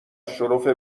شرف